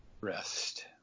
rest